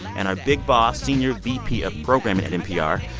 and our big boss, senior vp of programming at npr,